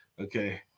Okay